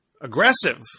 aggressive